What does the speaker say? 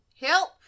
help